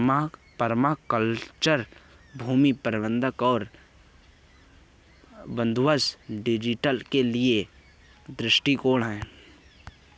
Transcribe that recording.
permaculture भूमि प्रबंधन और बंदोबस्त डिजाइन के लिए एक दृष्टिकोण है